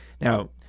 Now